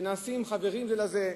כשנעשים חברים זה לזה,